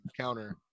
counter